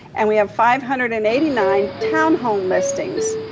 and we have five hundred and eighty nine town home listings,